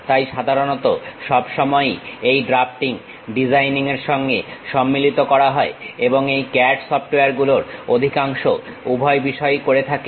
তাই সাধারণত সবসময়ই এই ড্রাফটিং ডিজাইনিং এর সঙ্গে সম্মিলিত করা হয় এবং এই CAD সফটওয়্যার গুলোর অধিকাংশই উভয় বিষয়ই করে থাকে